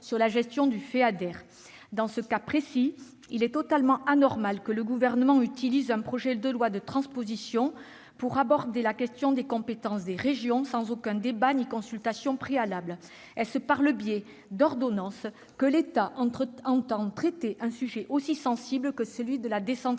sur la gestion du Feader. Dans ce cas précis, il est totalement anormal que le Gouvernement utilise un projet de loi de transposition pour aborder la question des compétences des régions sans aucun débat ni consultation préalable. Est-ce par le biais d'ordonnances que l'État entend traiter un sujet aussi sensible que celui de la décentralisation